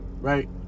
Right